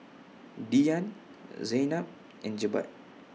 Dian Zaynab and Jebat